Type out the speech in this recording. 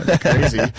crazy